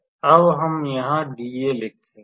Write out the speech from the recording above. अब हम यहाँ dA लिखेंगे